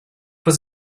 was